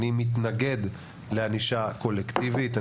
אני מתנגד לענישה קולקטיבית.